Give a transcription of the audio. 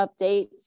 updates